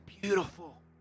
beautiful